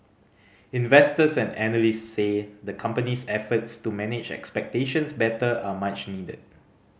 investors and analysts say the company's efforts to manage expectations better are much needed